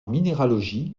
minéralogie